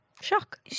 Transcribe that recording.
shock